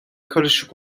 karışık